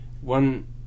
one